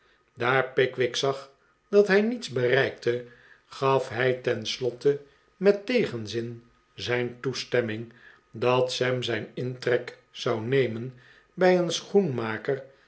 daar pickwick zag dat hij niets bereikte gaf hij ten slotte met tegenzin zijn toestemming dat sam zijn intrek zou nemen bij een sehoenmaker